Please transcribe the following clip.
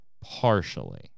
Partially